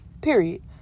Period